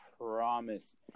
promise